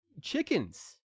chickens